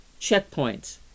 checkpoints